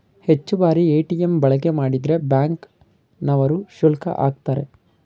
ಹೆಚ್ಚು ಬಾರಿ ಎ.ಟಿ.ಎಂ ಬಳಕೆ ಮಾಡಿದ್ರೆ ಬ್ಯಾಂಕ್ ನವರು ಶುಲ್ಕ ಆಕ್ತರೆ